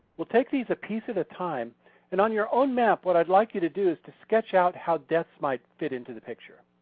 we'll take these a piece at a time and on your own map what i'd like to do is to sketch out how deaths might fit into the picture.